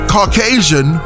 Caucasian